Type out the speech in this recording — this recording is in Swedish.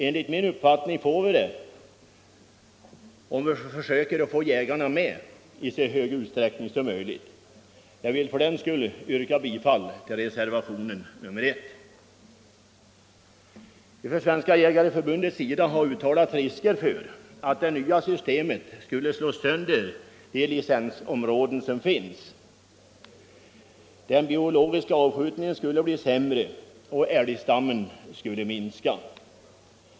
Enligt min uppfattning kommer detta att lyckas om vi försöker få jägarna med i så stor utsträckning som möjligt i den samordnade jakten. Jag vill för den skull yrka bifall till reservationen 1. Svenska jägareförbundet har uttalat farhågor för att det nya systemet skulle slå sönder de licensområden som finns. Den biologiska avskjutningen skulle bli sämre och älgstammen skulle minska.